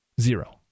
Zero